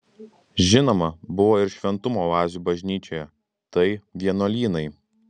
žinoma buvo ir šventumo oazių bažnyčioje tai vienuolynai